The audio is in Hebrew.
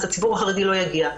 הציבור החרדי לא יגיע.